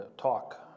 talk